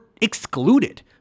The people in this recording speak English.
excluded